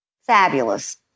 fabulous